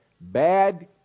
Bad